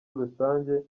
rusange